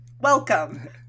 Welcome